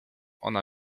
ona